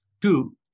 two